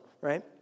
right